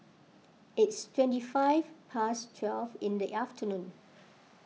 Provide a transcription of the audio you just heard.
it's twenty five past twelve in the afternoon